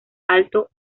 alto